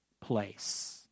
place